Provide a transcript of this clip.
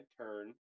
turn